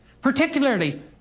particularly